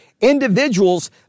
individuals